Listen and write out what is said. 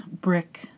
brick